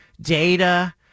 data